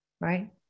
right